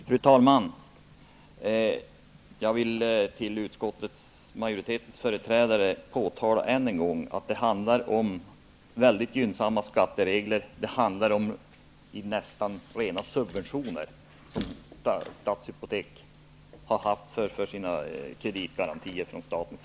Fru talman! Jag vill än en gång påtala för utskottsmajoritetens företrädare att det handlar om mycket gynnsamma skatteregler och att Stadshypotek har fått nästintill rena subventioner genom sina kreditgarantier hos staten.